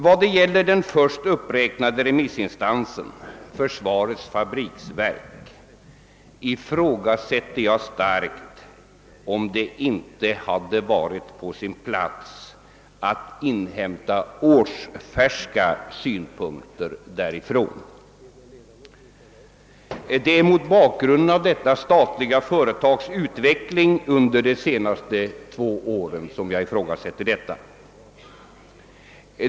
Vad beträffar den först nämnda remissinstansen, försvarets fabriksverk, ifrågasätter jag starkt, om det inte hade varit på sin plats att inhämta årsfärska synpunkter därifrån. Det är mot bakgrunden av detta statliga företags ut veckling under de senaste två åren som jag ifrågasätter detta.